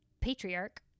patriarch